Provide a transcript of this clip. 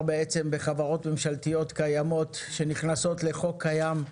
בחברות ממשלתיות קיימות שנכנסות לחוק קיים,